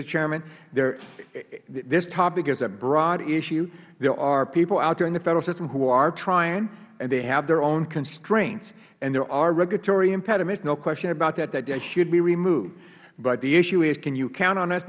chairman this topic is a broad issue there are people out there in the federal system who are trying and they have their own constraints and there are regulatory impediments no question about that that should be removed but the issue is can you count on us